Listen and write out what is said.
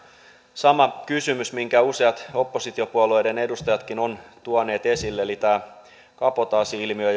sama kysymys minkä useat oppositiopuolueiden edustajatkin ovat tuoneet esille eli tämä kabotaasi ilmiö